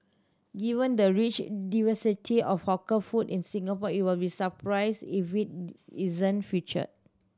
given the rich diversity of hawker food in Singapore it will be surprised if it isn't featured